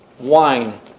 wine